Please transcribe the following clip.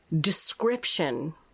description